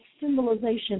symbolization